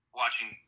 watching